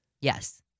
Yes